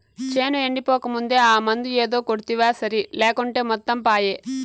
చేను ఎండిపోకముందే ఆ మందు ఏదో కొడ్తివా సరి లేకుంటే మొత్తం పాయే